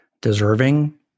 deserving